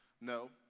no